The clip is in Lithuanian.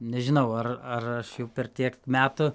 nežinau ar ar aš jau per tiek metų